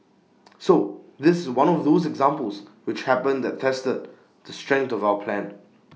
so this is one of those examples which happen that tested the strength of our plan